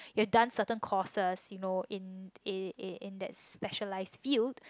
you're done certain courses you know in in in that specialize field